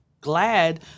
glad